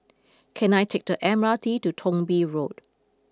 can I take the M R T to Thong Bee Road